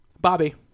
Bobby